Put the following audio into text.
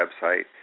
website